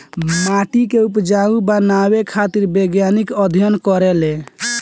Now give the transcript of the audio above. माटी के उपजाऊ बनावे खातिर वैज्ञानिक अध्ययन करेले